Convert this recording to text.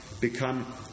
become